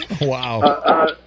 Wow